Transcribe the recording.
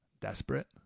Desperate